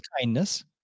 kindness